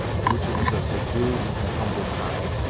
of which it was a subdued and humble copy.